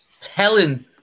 telling